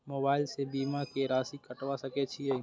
Mobile से बीमा के राशि कटवा सके छिऐ?